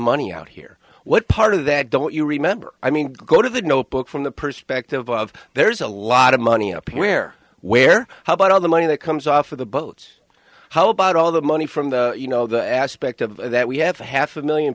money out here what part of that don't you remember i mean go to the notebook from the perspective of there's a lot of money up where where how about all the money that comes off of the boats how about all the money from the you know the aspect of that we have a half a million